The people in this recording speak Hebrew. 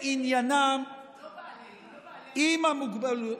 לא "בעלי" עם המוגבלויות,